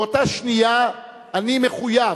באותה שנייה אני מחויב,